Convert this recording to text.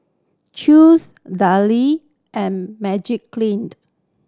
Chew's Darlie and Magiclean